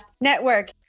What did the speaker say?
Network